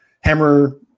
hammer